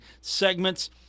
segments